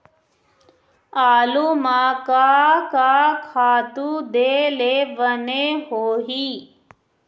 आलू म का का खातू दे ले बने होही?